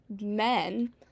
men